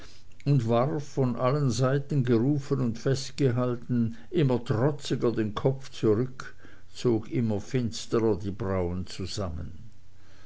und warf von allen seiten gerufen und festgehalten immer trotziger den kopf zurück zog immer finsterer die brauen zusammen